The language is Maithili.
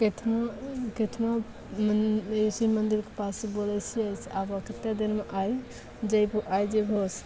कतना कतना मने ई शिवमन्दिरके पास बोलै छिए से आबऽ कतेक देरमे आइ जेबहो आइ जेबहो